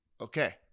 okay